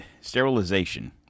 sterilization